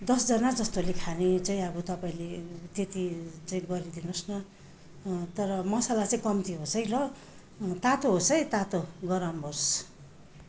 दसजना जस्तोले खाने चाहिँ अब तपाईँले त्यति चाहिँ गरिदिनुहोस् न तर मसला चाहिँ कम्ती होस् है ल तातो होस् है तातो गरम होस्